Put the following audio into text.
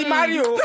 Mario